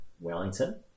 Wellington